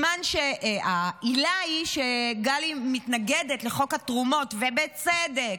כשהעילה היא שגלי מתנגדת לחוק התרומות, ובצדק,